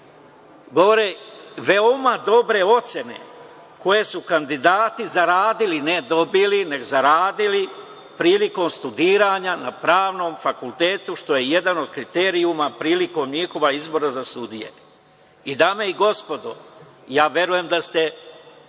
govore veoma dobre ocene koje su kandidati zaradili, ne dobili, već zaradili, prilikom studiranja na pravnom fakultetu, što je jedan od kriterijuma prilikom njihovog izbora za sudije. Dame i gospodo, verujem da ste